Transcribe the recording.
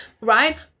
right